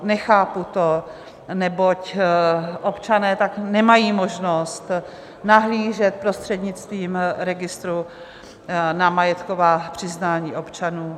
Nechápu to, neboť občané tak nemají možnost nahlížet prostřednictvím registru na majetková přiznání občanů.